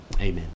amen